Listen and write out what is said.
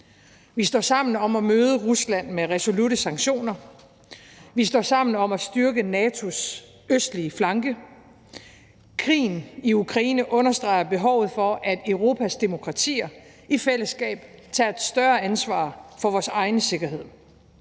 Vi står sammen om at møde Rusland med resolutte sanktioner. Vi står sammen om at styrke NATO's østlige flanke. Krigen i Ukraine understreger behovet for, at Europas demokratier i fællesskab tager et større ansvar for vores egen sikkerhed.